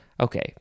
Okay